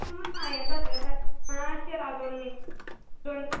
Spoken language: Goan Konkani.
उंच साय येता येता मातशें राव दोन मिनटां दोन